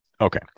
Okay